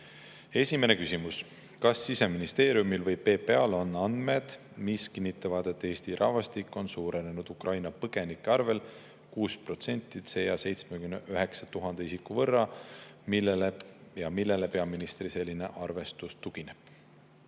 Esimene küsimus: "Kas Siseministeeriumil või PPAl on andmed, mis kinnitavad, et Eesti rahvastik on suurenenud Ukraina põgenike arvel 6% ehk 79 tuhande isiku võrra? Millele peaministri selline arvestus tugineb?"